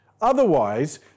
Otherwise